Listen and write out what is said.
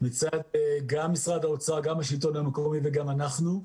מצד משרד האוצר, גם השלטון המקומי וגם מצדנו,